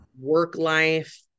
work-life